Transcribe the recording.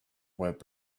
web